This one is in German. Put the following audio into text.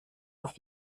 auf